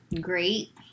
great